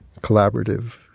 collaborative